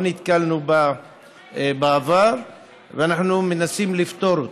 לא נתקלנו בה בעבר ואנחנו מנסים לפתור אותה.